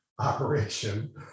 operation